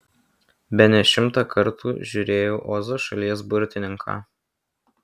bene šimtą kartų žiūrėjau ozo šalies burtininką